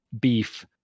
beef